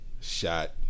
Shot